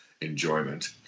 enjoyment